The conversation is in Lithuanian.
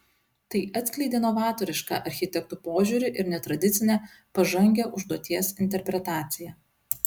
tai atskleidė novatorišką architektų požiūrį ir netradicinę pažangią užduoties interpretaciją